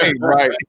Right